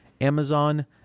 Amazon